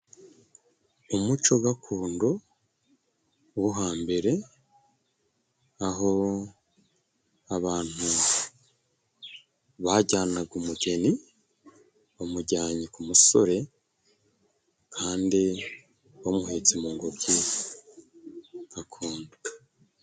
Umuco gakondo wo hambere, aho abantu bajyanaga umugeni bamujyanye ku musore kandi bamuhetse mu ngobyi gakondo.